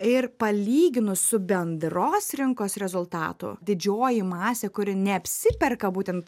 ir palyginus su bendros rinkos rezultatu didžioji masė kuri neapsiperka būtent